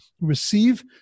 receive